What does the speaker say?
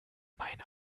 meine